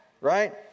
right